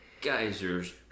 geyser's